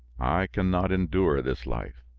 i can not endure this life.